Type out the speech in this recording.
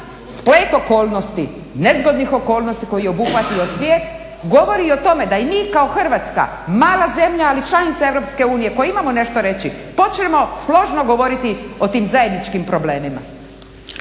splet okolnosti, nezgodnih okolnosti koji je obuhvatio svijet govori o tome da i mi kao Hrvatska, mala zemlja, ali članica EU, koji imamo nešto reći, to ćemo složno govoriti o tim zajedničkim problemima.